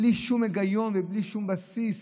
בלי שום היגיון ובלי שום בסיס,